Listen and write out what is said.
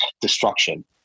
destruction